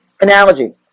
Analogy